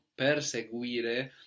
Perseguire